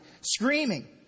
screaming